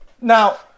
Now